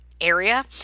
area